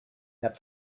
that